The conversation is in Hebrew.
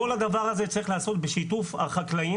כל הדבר הזה צריך להיעשות בשיתוף החקלאים.